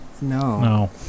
No